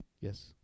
Yes